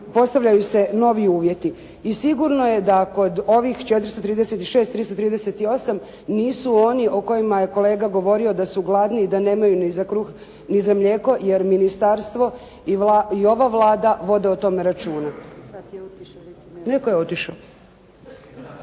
postavljaju se novi uvjeti. I sigurno je da kod ovih 436 338 nisu oni o kojima je kolega govorio da su gladni i da nemaju ni za kruh ni za mlijeko jer ministarstvo i ova Vlada vode o tome računa. **Bebić,